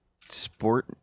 sport